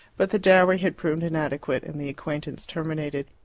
but the dowry had proved inadequate, and the acquaintance terminated.